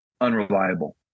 unreliable